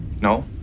No